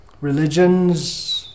Religions